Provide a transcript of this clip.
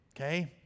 okay